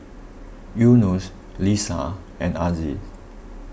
Yunos Lisa and Aziz